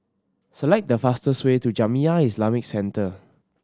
select the fastest way to Jamiyah Islamic Centre